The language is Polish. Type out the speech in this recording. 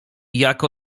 jak